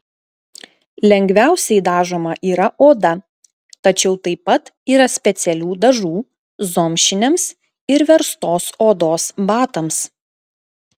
lengviausiai dažoma yra oda tačiau taip pat yra specialių dažų zomšiniams ir verstos odos batams